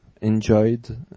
enjoyed